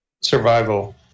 survival